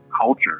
culture